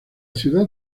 ciudad